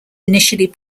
initially